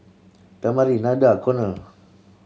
Damari Nada Konner